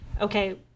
okay